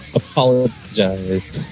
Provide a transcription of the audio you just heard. apologize